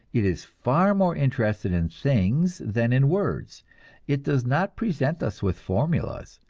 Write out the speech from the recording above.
it is far more interested in things than in words it does not present us with formulas,